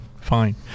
Fine